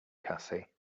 cassie